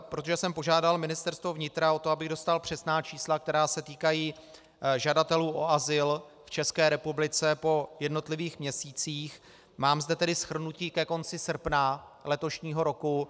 Protože jsem požádal Ministerstvo vnitra o to, abych dostal přesná čísla, která se týkají žadatelů o azyl v České republice, po jednotlivých měsících, mám zde tedy shrnutí ke konci srpna letošního roku.